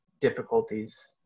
difficulties